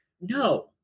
no